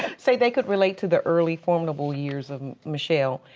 say they could relate to the early, formidable years of michelle.